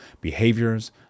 behaviors